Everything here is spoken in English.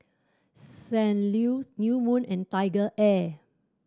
Saint Ives New Moon and TigerAir